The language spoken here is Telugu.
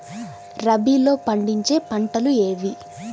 రబీలో పండించే పంటలు ఏవి?